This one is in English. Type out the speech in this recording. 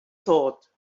thought